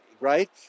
right